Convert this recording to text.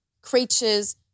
creatures